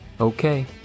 Okay